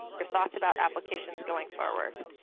your thoughts about applications going forward.